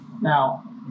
Now